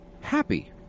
happy